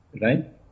right